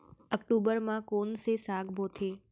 अक्टूबर मा कोन से साग बोथे?